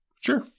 Sure